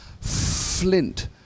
Flint